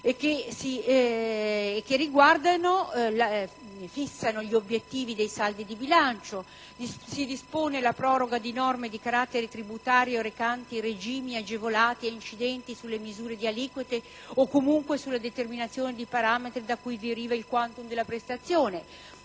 fissa gli obiettivi dei saldi di bilancio; dispone la proroga di norme di carattere tributario recanti regimi agevolati e incidenti sulla misura di aliquote o comunque sulla determinazione di parametri da cui deriva il *quantum* della prestazione;